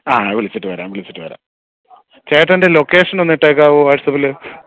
ആ വിളിച്ചിട്ട് വരാം വിളിച്ചിട്ട് വരാം ചേട്ടൻ്റെ ലോക്കഷന് ഒന്ന് ഇട്ടേക്കാമോ വാട്സപ്പിൽ